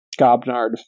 Gobnard